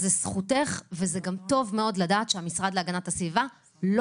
זו זכותך וטוב מאוד לדעת שהמשרד להגנת הסביבה לא